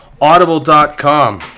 audible.com